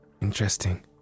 interesting